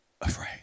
afraid